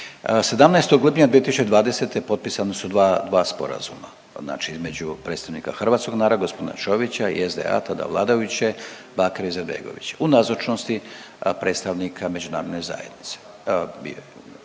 17 … 2020. potpisana su dva sporazuma, to znači između predstavnika hrvatskog naroda g. Čovića i SDA tada vladajuće Bakira Izetbegovića u nazočnosti predstavnika Međunarodne zajednice,